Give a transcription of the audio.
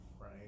Right